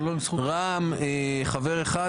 אבל לא עם זכות --- רע"מ חבר אחד,